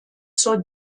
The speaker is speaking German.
zur